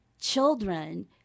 children